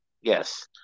Yes